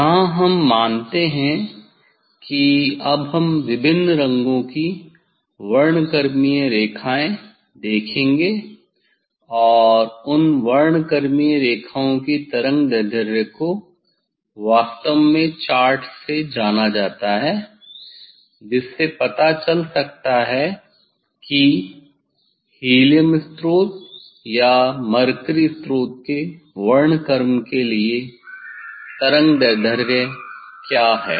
यहाँ हम मानते हैं कि अब हम विभिन्न रंगों की वर्णक्रमीय रेखाएँ देखेंगे और उन वर्णक्रमीय रेखाओं की तरंगदैर्ध्य को वास्तव में चार्ट से जाना जाता है जिससे पता चल सकता है कि हीलियम स्रोत या मरकरी स्रोत के वर्णक्रम के लिए तरंगदैर्ध्य क्या है